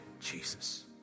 Jesus